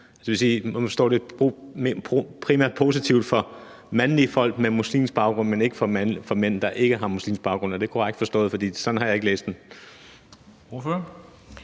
det nu primært står positivt for mandlige folk med muslimsk baggrund, men ikke for mænd, der ikke har muslimsk baggrund? Er det korrekt forstået? For sådan har jeg ikke læst den.